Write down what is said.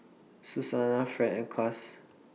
Susannah Fed and Cass